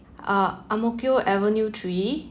uh Ang Mo Kio avenue three